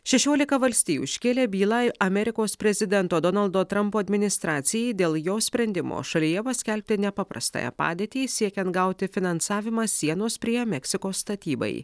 šešiolika valstijų iškėlė bylą amerikos prezidento donaldo trampo administracijai dėl jos sprendimo šalyje paskelbti nepaprastąją padėtį siekiant gauti finansavimą sienos prie meksikos statybai